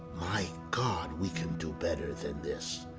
my god, we can do better than this.